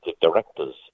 directors